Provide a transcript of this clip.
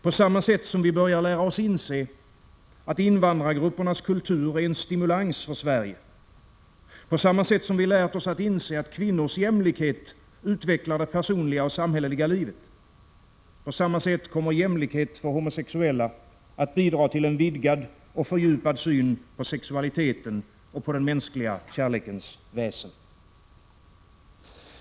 På samma sätt som vi börjar lära oss inse, att invandrargruppernas kultur är en stimulans för Sverige, på samma sätt som vi lärt oss inse, att kvinnors jämlikhet utvecklar det personliga och samhälleliga livet — på samma sätt kommer jämlikhet för homosexuella att bidra till en vidgad och fördjupad syn på sexualiteten och på den mänskliga kärlekens väsen.